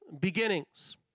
beginnings